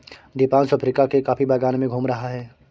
Deepanshu Africa के coffee बागान में घूम रहा है